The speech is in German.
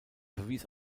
verwies